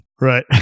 Right